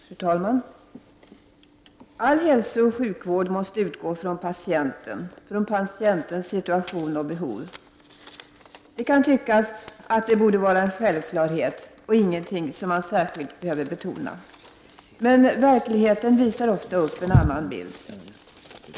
Fru talman! All hälsooch sjukvård måste utgå från patienten, från patientens situation och behov. Det kan tyckas att det borde vara en självklarhet och ingenting som särskilt behövde betonas, men verkligheten visar ofta upp en annan bild.